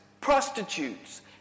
prostitutes